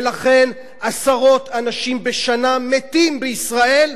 ולכן עשרות אנשים בשנה מתים בישראל,